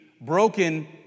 broken